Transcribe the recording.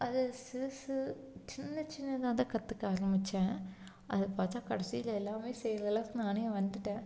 அது சிறுசு சின்ன சின்ன தான் கற்றுக்க ஆரம்பித்தேன் அது பார்த்தா கடைசியில் எல்லாம் செய்கிற அளவுக்கு நானே வந்துட்டேன்